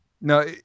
no